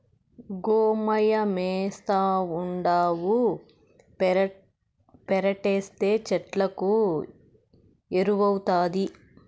గోమయమేస్తావుండావు పెరట్లేస్తే చెట్లకు ఎరువౌతాది